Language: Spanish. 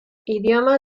idioma